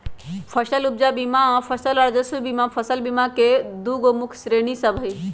फसल उपजा बीमा आऽ फसल राजस्व बीमा फसल बीमा के दूगो प्रमुख श्रेणि सभ हइ